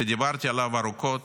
שדיברתי עליו ארוכות,